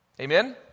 Amen